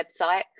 website